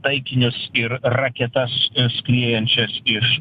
taikinius ir raketas skriejančias iš